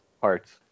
parts